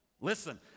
Listen